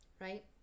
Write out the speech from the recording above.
right